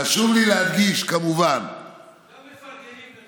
חשוב לי להדגיש, כמובן, גם מפרגנים לך,